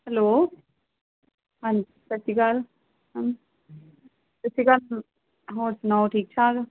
hello ਹਾਂਜੀ ਸਤਿ ਸ਼੍ਰੀ ਅਕਾਲ ਸਤਿ ਸ਼੍ਰੀ ਅਕਾਲ ਹੋਰ ਸੁਣਾਓ ਠੀਕ ਠਾਕ